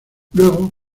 luego